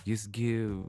jis gi